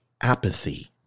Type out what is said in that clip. apathy